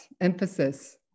emphasis